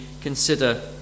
consider